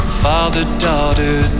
father-daughter